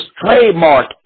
trademark